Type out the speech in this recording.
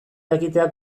jakitea